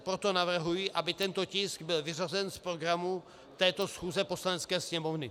Proto navrhuji, aby tento tisk byl vyřazen z programu této schůze Poslanecké sněmovny.